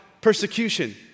persecution